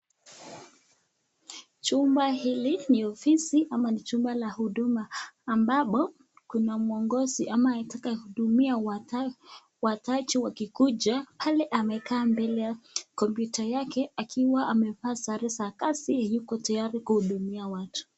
Chumba hili ni ofisi ama ni chumba la huduma ambapo kuna mwongosi ama anaye taka kuhudumia wateja wakikuja. Pale amekaa mbele ya kompyuta yake akiwa amevaa sare za kiasi yuko tayari kuhudumia watu.